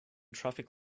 traffic